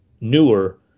newer